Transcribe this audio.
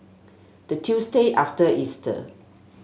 the Tuesday after Easter